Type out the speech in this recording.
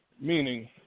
Meaning